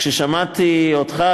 כששמעתי אותך,